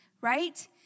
right